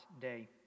day